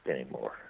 anymore